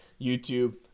YouTube